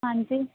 ਹਾਂਜੀ